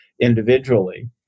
individually